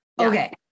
okay